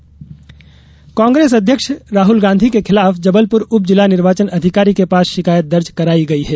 शिकायत दर्ज कांग्रेस अध्यक्ष राहुल गांधी के खिलाफ जबलपुर उप जिला निर्वाचन अधिकारी के पास शिकायत दर्ज कराई गई है